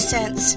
Cents